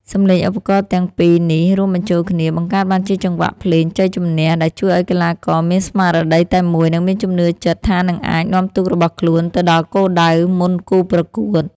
សំឡេងឧបករណ៍ទាំងពីរនេះរួមបញ្ចូលគ្នា បង្កើតបានជាចង្វាក់ភ្លេងជ័យជំនះ ដែលជួយឱ្យកីឡាករមានស្មារតីតែមួយ និងមានជំនឿចិត្តថានឹងអាចនាំទូករបស់ខ្លួនទៅដល់គោលដៅមុនគូប្រកួត។